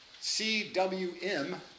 C-W-M